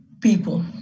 people